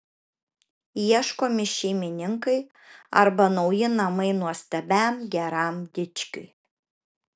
ieškomi šeimininkai arba nauji namai nuostabiam geram dičkiui